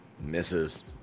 Misses